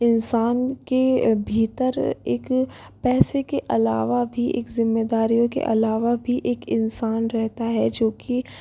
एक इंसान के भीतर एक पैसे के अलावा भी एक जिम्मेदारियों के अलावा भी एक इंसान रहता है जो कि